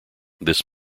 this